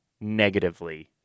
negatively